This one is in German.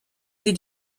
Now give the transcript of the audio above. sie